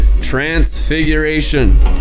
Transfiguration